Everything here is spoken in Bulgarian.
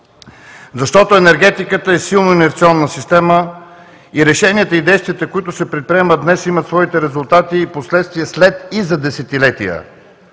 това. Енергетиката е силно иновационна система и решенията и действията, които се предприемат днес, имат своите резултати и последствия след и за десетилетия.